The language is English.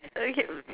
or you can